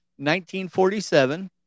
1947